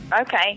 Okay